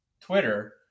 Twitter